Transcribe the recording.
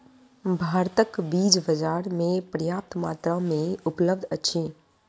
भारतक बीज बाजार में पर्याप्त मात्रा में उपलब्ध अछि